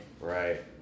Right